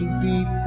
feet